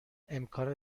امکان